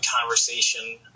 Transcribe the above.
conversation